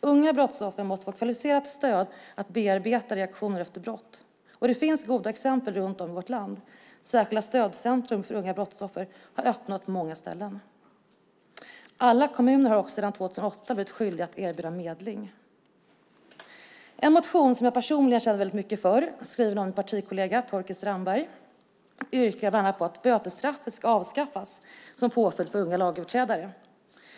Unga brottsoffer måste få kvalificerat stöd att bearbeta reaktioner efter brott. Det finns goda exempel på detta runt om i vårt land. Särskilda stödcentrum för unga brottsoffer har öppnats på många ställen. Dessutom är alla kommuner sedan 2008 skyldiga att erbjuda medling. I en motion som jag personligen känner mycket för, skriven av min partikollega Torkild Strandberg, yrkas bland annat på att bötesstraffet som påföljd för unga lagöverträdare ska avskaffas.